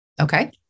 Okay